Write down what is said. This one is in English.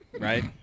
Right